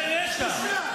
לרשע.